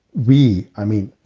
we, i mean,